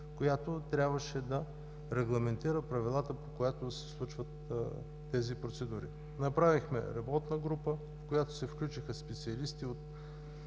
която трябваше да регламентира правилата, по които да се случват тези процедури. Направихме работна група, в която се включиха специалисти